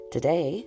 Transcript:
Today